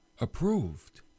approved